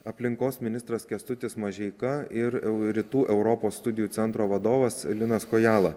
aplinkos ministras kęstutis mažeika ir rytų europos studijų centro vadovas linas kojala